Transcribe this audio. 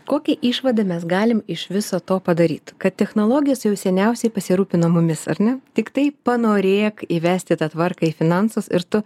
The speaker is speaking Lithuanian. kokią išvadą mes galim iš viso to padaryt kad technologijos jau seniausiai pasirūpino mumis ar ne tiktai panorėk įvesti tą tvarką į finansus ir tu